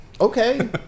okay